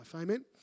Amen